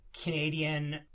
Canadian